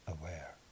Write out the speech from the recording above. aware